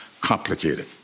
complicated